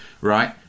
Right